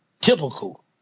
typical